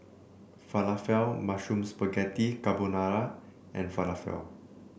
Falafel Mushroom Spaghetti Carbonara and Falafel